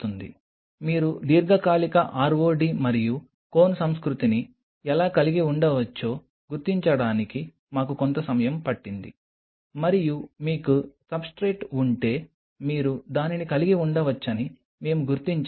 మీరు దీర్ఘకాలిక ROD మరియు CONE సంస్కృతిని ఎలా కలిగి ఉండవచ్చో గుర్తించడానికి మాకు కొంత సమయం పట్టింది మరియు మీకు సబ్స్ట్రేట్ ఉంటే మీరు దానిని కలిగి ఉండవచ్చని మేము గుర్తించాము